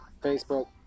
Facebook